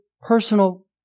personal